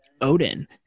odin